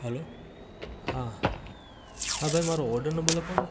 હાલો હા હા ભાઈ મારો ઓડર નંબર લખોને